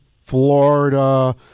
Florida